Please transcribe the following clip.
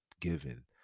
given